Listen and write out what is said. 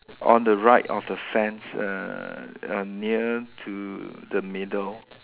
on the right of the fence err err near to the middle